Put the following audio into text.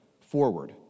forward